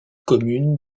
commune